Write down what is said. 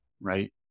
Right